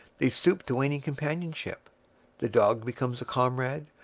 they stoop to any companionship the dog becomes a comrade,